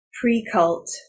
Pre-cult